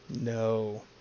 No